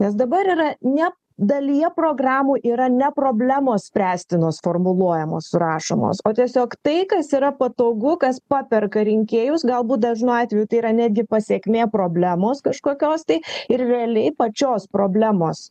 nes dabar yra ne dalyje programų yra ne problemos spręstinos formuluojamos surašomos o tiesiog tai kas yra patogu kas paperka rinkėjus galbūt dažnu atveju tai yra netgi pasekmė problemos kažkokios tai ir realiai pačios problemos